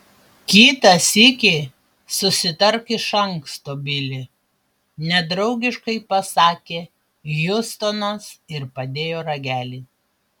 kitą sykį susitark iš anksto bili nedraugiškai pasakė hjustonas ir padėjo ragelį